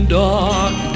dark